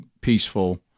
peaceful